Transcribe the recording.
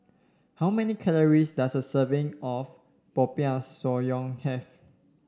how many calories does a serving of Popiah Sayur have